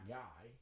guy